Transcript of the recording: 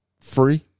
free